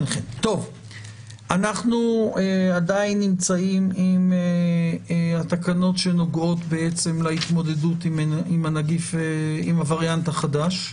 אנחנו עדיין נמצאים עם התקנות שנוגעות בעצם להתמודדות עם הווריאנט החדש.